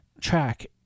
track